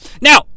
Now